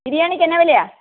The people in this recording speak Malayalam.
ബിരിയാണിക്ക് എന്നാ വിലയാണ്